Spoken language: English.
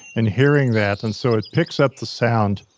and hearing that, and so it picks up the sound.